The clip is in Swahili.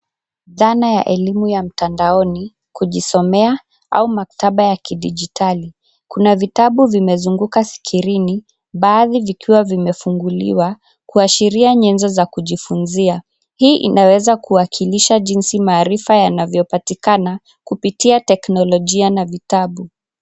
Dhana ya elimu ya mtandaoni, kujisomea au maktaba ya kidigitali. Kuna vitabu vimezunguka skrini, baadhi vikiwa vimefunguliwa, kuashiria nyenzo za kujifunzia. Hii inaweza kuwakilisha jinsi maarifa yanavyopatikana, kupitia teknolojia na vitabu.